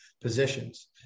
positions